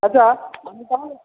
আচ্ছা আমি তাহলে